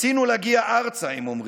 רצינו להגיע ארצה, הם אומרים,